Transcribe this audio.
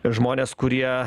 žmones kurie